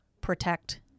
protect